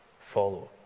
follow